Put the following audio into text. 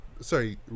sorry